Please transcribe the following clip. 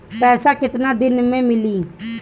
पैसा केतना दिन में मिली?